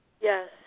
Yes